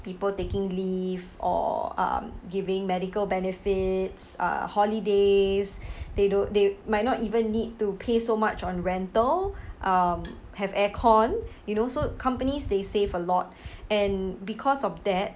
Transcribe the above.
people taking leave or um giving medical benefits uh holidays they do~ they might not even need to pay so much on rental um have air-con you know so companies they save a lot and because of that